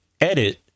edit